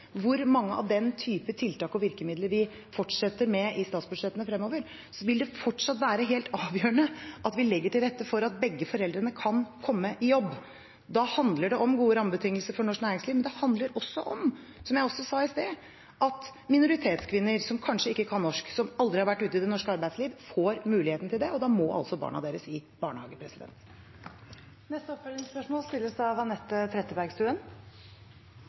hvor mange av den typen tiltak og virkemidler vi fortsetter med i statsbudsjettene fremover, vil det fortsatt være helt avgjørende at vi legger til rette for at begge foreldrene kan komme i jobb. Da handler det om gode rammebetingelser for norsk næringsliv, men det handler også om, som jeg sa i sted, at minoritetskvinner som kanskje ikke kan norsk, som aldri har vært ute i det norske arbeidsliv, får muligheten til det, og da må altså barna deres i barnehage. Anette Trettebergstuen – til oppfølgingsspørsmål.